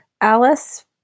Alice